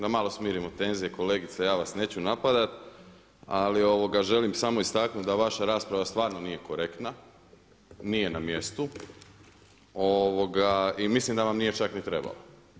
Da malo smirimo tenzije, kolegice ja vas neću napadati, ali želim samo istaknuti da vaša rasprava stvarno nije korektna, nije na mjestu i mislim da vam nije čak ni trebala.